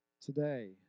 today